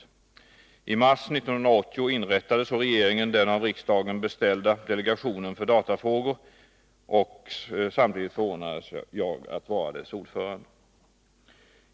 I mars 1980 inrättade så regeringen den av riksdagen beställda delegationen för datafrågor, och samtidigt förordnades jag att vara dess ordförande.